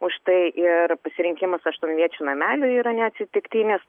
už tai ir pasirinkimas aštuonviečių namelių yra neatsitiktinis